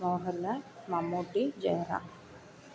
Mohanlal Mammootty Jayaram